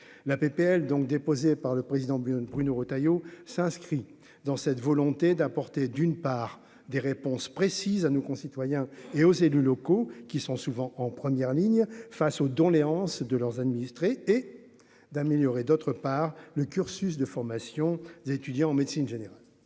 la PPL donc déposé par le président bien de Bruno Retailleau, s'inscrit dans cette volonté d'apporter, d'une part des réponses précises à nos concitoyens et aux élus locaux, qui sont souvent en première ligne face aux doléances de leurs administrés et d'améliorer, d'autre part le cursus de formation des étudiants en médecine générale,